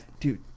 Dude